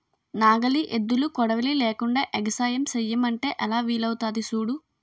నాగలి, ఎద్దులు, కొడవలి లేకుండ ఎగసాయం సెయ్యమంటే ఎలా వీలవుతాది సూడు